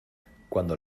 cuando